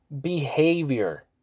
Behavior